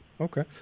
Okay